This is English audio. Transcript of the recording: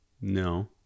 No